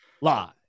live